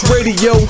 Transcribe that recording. Radio